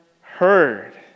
heard